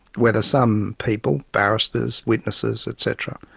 whether some people, barristers, witnesses etc,